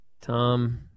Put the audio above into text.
Tom